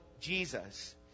Jesus